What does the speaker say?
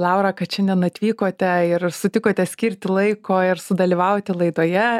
laura kad šiandien atvykote ir sutikote skirti laiko ir sudalyvavote laidoje